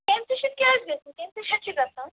تٔمِس وُچِھتھ کیٛازِ گَژھِ نہٕ تٔمسٕے ہیٚتھ چھُ گَژھان